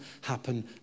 happen